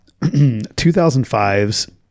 2005's